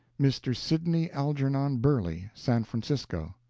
mr. sidney algernon burley, san francisco.